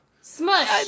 Smush